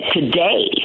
today